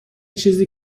چیزی